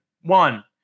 one